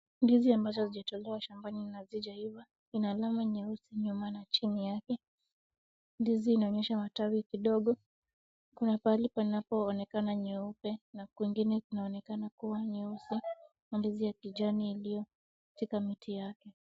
Ndizi mabazo zilitolewa shambani na hazijaiva, ina alama nyeusi nyuma na chini yake. Ndizi inaonyesha matawi kidogo, kuna pahali panapoonekana nyeupe na kwingine kunaonekana nyeusi. Mandizi yakijani iliyoshika miti yake.